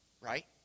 Right